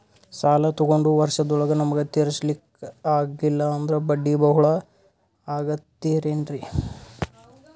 ಸಾಲ ತೊಗೊಂಡು ವರ್ಷದೋಳಗ ನಮಗೆ ತೀರಿಸ್ಲಿಕಾ ಆಗಿಲ್ಲಾ ಅಂದ್ರ ಬಡ್ಡಿ ಬಹಳಾ ಆಗತಿರೆನ್ರಿ?